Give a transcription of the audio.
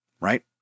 Right